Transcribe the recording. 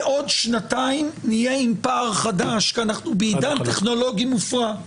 בעוד שנתיים נהיה עם פער חדש כי אנחנו בעידן טכנולוגי מופרע,